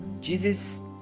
Jesus